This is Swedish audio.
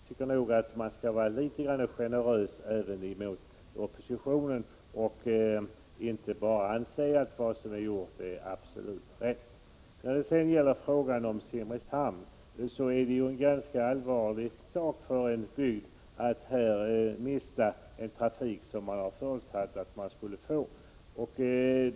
Jag tycker att man skall vara litet generös även mot oppositionen och inte bara anse att vad som är gjort är absolut rätt. När det sedan gäller frågan om Simrishamn är det ganska allvarligt för en bygd att gå miste om en trafik som man förutsatt att man skulle få.